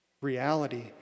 reality